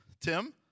Tim